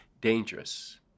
dangerous